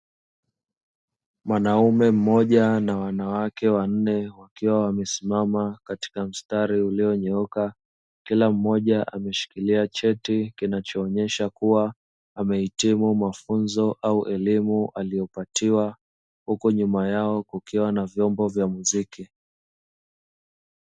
Mwanaume mmoja na wanawake wanne wakiwa wamesimama katika mstari ulio nyooka, kila mmoja ameshikilia cheti kinacho onyesha kua amehitimu mafunzo au elimu aliyo patiwa huku nyuma yao kukiwa na vyombo vya muziki.